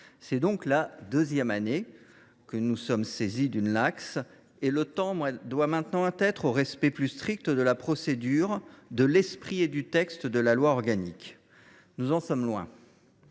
c’est la deuxième fois que nous sommes saisis d’un Placss et le temps est maintenant au respect plus strict de la procédure, de l’esprit et du texte de la loi organique. Nous en sommes loin…